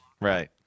Right